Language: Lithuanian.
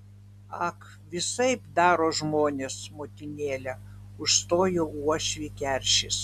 ag visaip daro žmonės motinėle užstojo uošvį keršis